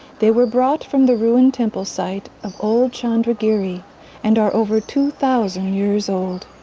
they were brought from the ruined temple site of old chandragiri and are over two thousand years old.